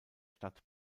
stadt